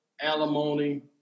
alimony